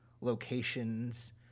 locations